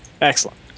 Excellent